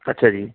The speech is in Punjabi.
ਅੱਛਾ ਜੀ